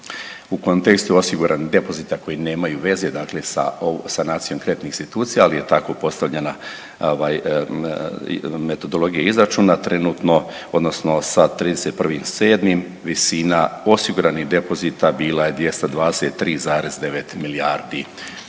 u kontekstu osiguranih depozita koji nemaju veze dakle sa ovom sanacijom kreditnih institucija, ali je tako postavljena ovaj metodologija izračuna trenutno odnosno sa 31.7. visina osiguranih depozita bila je 223,9 milijardi